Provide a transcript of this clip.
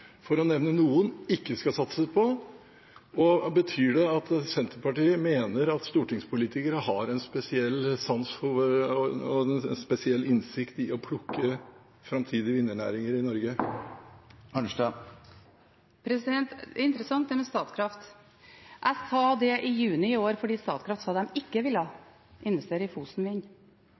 for å nevne noen, ikke skal satses på, og betyr det at Senterpartiet mener at stortingspolitikere har en spesiell innsikt i å plukke framtidige vinnernæringer i Norge? Det er interessant, det med Statkraft. Jeg sa det i juni i år fordi Statkraft sa at de ikke ville investere i Fosen Vind.